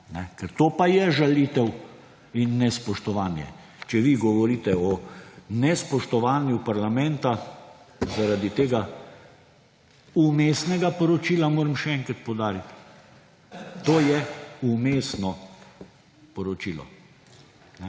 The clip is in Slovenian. Ker to pa je žalitev in nespoštovanje! Če vi govorite o nespoštovanju parlamenta zaradi tega vmesnega poročila ‒ moram še enkrat poudariti, to je vmesno poročilo